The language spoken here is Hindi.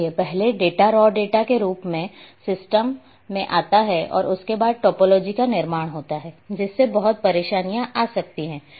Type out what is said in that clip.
इसलिए पहले डेटा रॉ डेटा के रूप में सिस्टम में आता है और उसके बाद टोपोलॉजी का निर्माण होता है जिससे बहुत परेशानियां आ सकते हैं